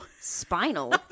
spinal